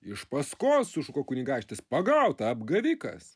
iš paskos sušuko kunigaikštis pagaut tą apgavikas